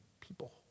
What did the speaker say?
people